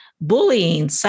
bullying